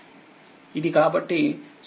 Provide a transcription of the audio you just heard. ఇది కాబట్టి CEQ మొత్తము చార్జ్ Q CEQv ఉంటుంది